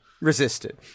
resisted